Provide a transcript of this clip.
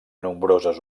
nombroses